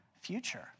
future